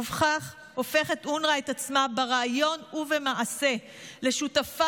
ובכך הופכת אונר"א את עצמה ברעיון ובמעשה לשותפה